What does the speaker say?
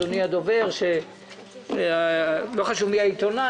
אדוני דובר הוועדה: לא חשוב מי העיתונאי,